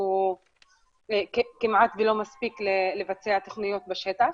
הוא כמעט לא מספיק לבצע תוכניות בשטח,